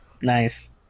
Nice